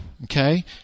Okay